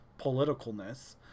politicalness